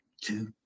two